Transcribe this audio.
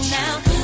now